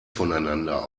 voneinander